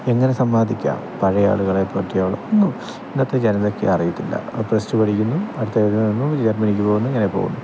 എങ്ങനെ സമ്പാദിക്കാം പഴയ ആളുകളെപ്പറ്റി ഒന്നും ഇന്നത്തെ ജനതയ്ക്ക് അറിയത്തില്ല പ്ലസ് ടു പഠിക്കുന്നു അടുത്തതിനു പോകുന്നു ജർമനിക്ക് പോകുന്നു ഇങ്ങനെ പോകുന്നു